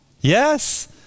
Yes